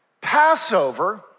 Passover